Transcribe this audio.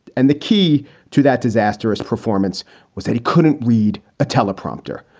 and the key to that disastrous performance was that he couldn't read a teleprompter.